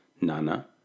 Nana